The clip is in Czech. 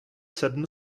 sedm